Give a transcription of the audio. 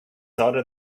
hotter